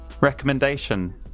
recommendation